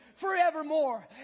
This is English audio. forevermore